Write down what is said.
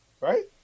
Right